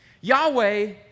Yahweh